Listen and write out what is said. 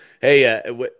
hey